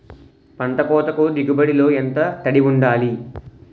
పంట కోతకు దిగుబడి లో ఎంత తడి వుండాలి?